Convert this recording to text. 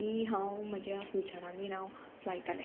ही हांव म्हज्या फ्युचरान बीन हांव लायतालें